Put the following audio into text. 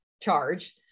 charge